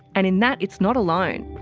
and in that it's not alone.